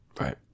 Right